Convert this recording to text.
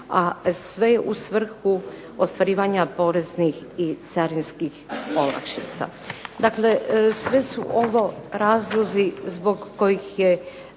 a sve u svrhu ostvarivanja poreznih i carinskih olakšica. Dakle sve su ovo razlozi zbog kojih je